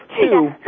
two